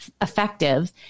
effective